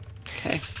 Okay